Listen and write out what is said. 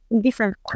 different